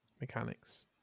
mechanics